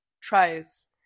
tries